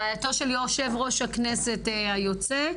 רעייתו של יושב-ראש הכנסת היוצא,